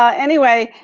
ah anyway,